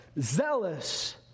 zealous